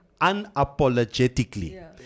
unapologetically